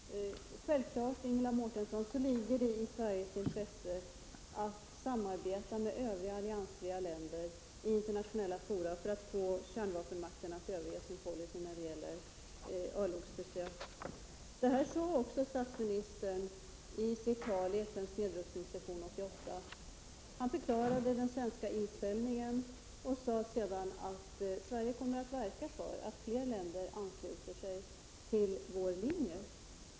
Herr talman! Självklart, Ingela Mårtensson, ligger det i Sveriges intresse att samarbeta med övriga alliansfria länder i internationella fora för att få kärnvapenmakterna att överge sin policy beträffande örlogsbesök. Det sade också statsministern i sitt tal vid FN:s nedrustningssession 1988. Han förklarade den svenska inställningen och sade sedan att Sverige kommer att verka för att fler länder ansluter sig till vår linje.